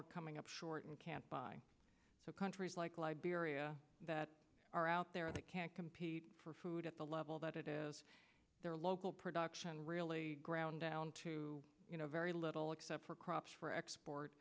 are coming up short and can't buy countries like liberia that are out there that can't compete for food at the level that it is their local production really ground down to you know very little except for crops for export